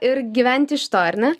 ir gyvent iš to ar ne